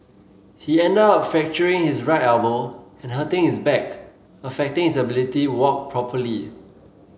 he ended up fracturing his right elbow and hurting his back affecting his ability walk properly